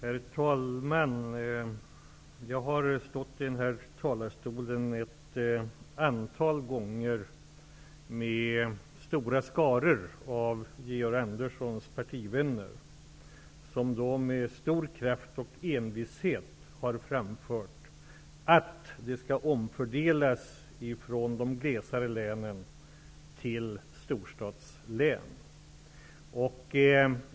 Herr talman! Jag har stått i denna talarstol ett antal gånger och debatterat med stora skaror av Georg Anderssons partivänner. De har med stor kraft och envishet framfört att medlen skall omfördelas från de glest befolkade länen till storstadslän.